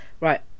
Right